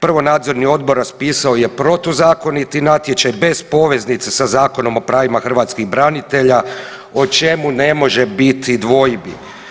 Prvo nadzorni odbor raspisao je protuzakoniti natječaj bez poveznice sa Zakonom o pravima hrvatskih branitelja o čemu ne može biti dvojbi.